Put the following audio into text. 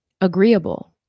agreeable